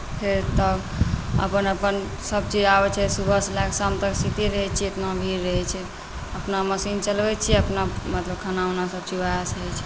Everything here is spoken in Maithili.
फेर तऽ अपन अपन सभचीज आबैत छै सुबहसँ लए कऽ शाम तक सिबिते रहैत छियै एतना भीड़ रहैत छै अपना मशीन चलबैत छियै अपना मतलब खाना वाना सभचीज उएहसँ होइत छै